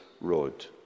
road